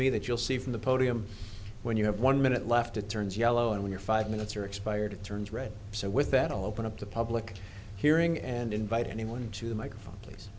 me that you'll see from the podium when you have one minute left turns yellow and your five minutes are expired it turns red so with that open up the public hearing and invite anyone to the microphone pl